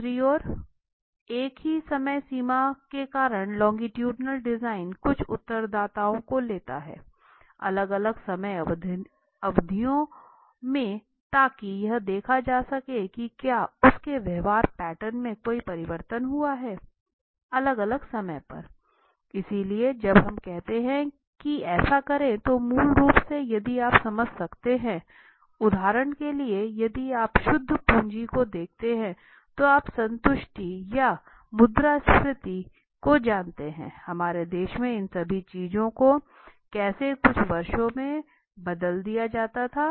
दूसरी ओर एक ही समय सीमा के कारण लोंगिट्युडिनल डिजाइन कुछ उत्तरदाताओं को लेता है अलग अलग समय अवधियों में ताकि यह देखा जा सके कि क्या उस के व्यवहार पैटर्न में कोई परिवर्तन हुआ है अलग अलग समय इसलिए जब हम कहते हैं कि ऐसा करें तो मूल रूप से यदि आप समझ सकते हैं उदाहरण के लिए यदि आप शुद्ध पूंजी को देखते हैं तो आप संतुष्टि या मुद्रास्फीति को जानते हैं हमारे देश में इन सभी चीजों को कैसे कुछ वर्षों में बदल दिया जाता है